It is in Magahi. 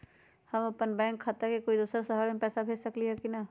हम अपन बैंक खाता से कोई दोसर शहर में पैसा भेज सकली ह की न?